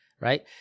right